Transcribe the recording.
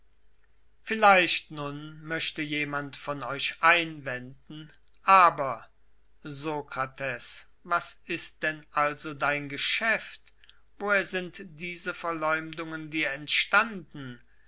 vielleicht nun möchte jemand von euch einwenden aber sokrates was ist denn also dein geschäft woher sind diese verleumdungen dir entstanden